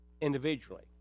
individually